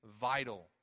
vital